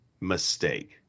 mistake